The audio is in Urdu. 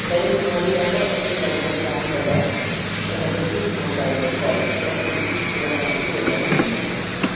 میں نے فوری طور پر اپنے لینڈ لائن فراہم کردہ کہ ایمرجنسی اسپورٹ لائن پر کال کی اور پوری صورت حال کی وضاحت دی ہے